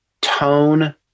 tone